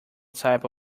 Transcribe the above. type